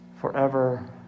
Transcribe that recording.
forever